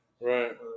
right